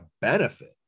benefit